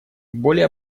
более